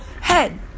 head